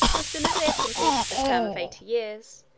as soon as they have completed the term of eighty years,